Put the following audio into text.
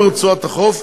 לאורך כל רצועת החוף,